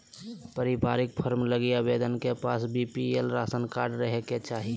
पारिवारिक फार्म लगी आवेदक के पास बीपीएल राशन कार्ड रहे के चाहि